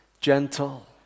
gentle